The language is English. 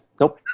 Nope